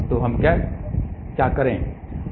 तो हम क्या करे